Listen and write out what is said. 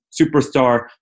superstar